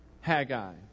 Haggai